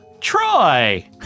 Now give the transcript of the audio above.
Troy